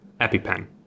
EpiPen